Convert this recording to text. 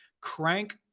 crank